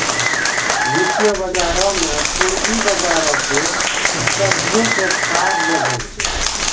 वित्तीय बजारो मे पूंजी बजारो के सभ्भे से खास जगह छै